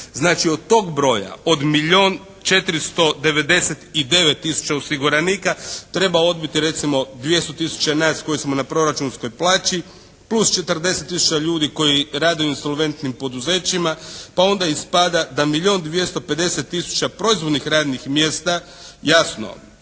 Znači, od tog broja od milijun 499 tisuća osiguranika treba odbiti recimo 200 000 nas koji smo na proračunskoj plaći plus 40 000 ljudi rade u insolventnim poduzećima, pa onda ispada da milijun 250 000 proizvoljnih radnih mjesta, jasno